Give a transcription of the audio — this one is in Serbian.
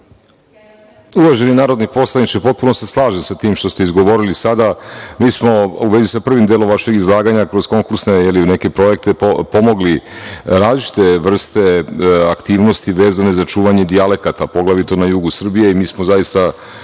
Uvaženi narodni poslaniče, potpuno se slažem sa tim što ste izgovorili sada. Mi smo u vezi sa prvim delom vašeg izlaganja, kroz konkursne ili neke projekte, pomogli različite vrste aktivnosti vezane za čuvanje dijalekata, poglavito na jugu Srbije, i mi smo zaista